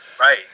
Right